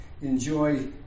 enjoy